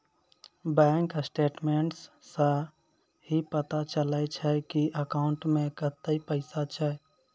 bank statements सं ही पता चलै छै की अकाउंटो मे कतै पैसा छै